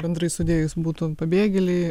bendrai sudėjus būtų pabėgėliai